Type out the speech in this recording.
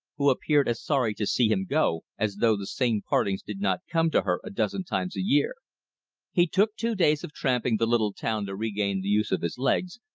who appeared as sorry to see him go as though the same partings did not come to her a dozen times a year he took two days of tramping the little town to regain the use of his legs,